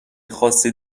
خاصی